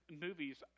movies